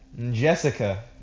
Jessica